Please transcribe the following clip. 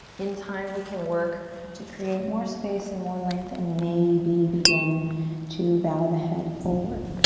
in time we can work to create more space and more length, and maybe begin to bow the head forward.